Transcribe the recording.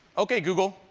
ok google,